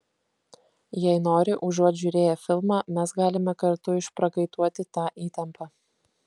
jei nori užuot žiūrėję filmą mes galime kartu išprakaituoti tą įtampą